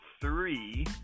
three